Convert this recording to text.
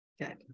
Good